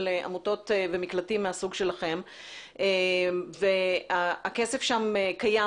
עמותות ומקלטים מהסוג שלכם והכסף שם קיים,